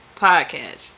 podcast